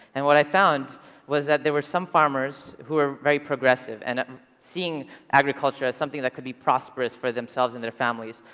and what i found was that there were some farmers who were very progressive, and um seeing agriculture as something that could be prosperous for themselves and their families,